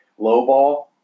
lowball